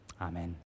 Amen